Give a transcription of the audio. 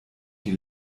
die